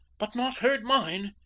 but not heard mine,